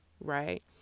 right